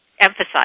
emphasize